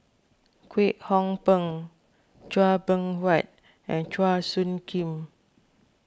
Kwek Hong Png Chua Beng Huat and Chua Soo Khim